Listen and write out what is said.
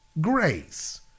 Grace